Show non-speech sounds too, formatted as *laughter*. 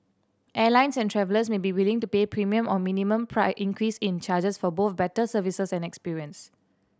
airlines and travellers may be willing to pay premium or minimum *unintelligible* increase in charges for both better services and experience